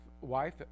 wife